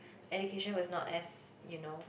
education was not as you know